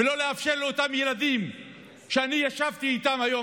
ולא לאפשר לאותם ילדים שאני ישבתי איתם היום